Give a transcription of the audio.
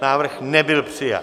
Návrh nebyl přijat.